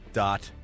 dot